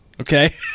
Okay